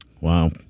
Wow